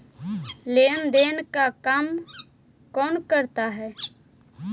लेन देन का काम कौन करता है?